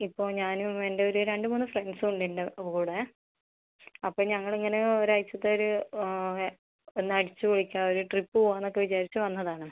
ഇപ്പോൾ ഞാനും എൻ്റെ ഒരു രണ്ട് മൂന്ന് ഫ്രണ്ട്സും ഉണ്ട് എൻ്റെ കൂടെ അപ്പോൾ ഞങ്ങൾ ഇങ്ങനെ ഒരാഴ്ചത്തെ ഒരു ഒന്ന് അടിച്ച് പൊളിക്കാൻ ഒരു ട്രിപ്പ് പോവാന്ന് ഒക്കെ വിചാരിച്ച് വന്നത് ആണ്